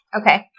Okay